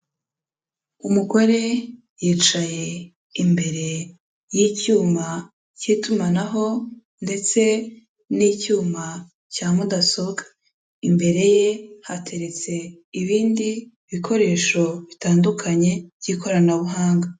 Umugore yicaye imbere y'icyuma cy'itumanaho ndetse n'icyuma cya mudasobwa, imbere ye hateretse ibindi bikoresho bitandukanye by'ikoranabuhanga.